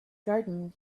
garden